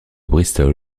bristol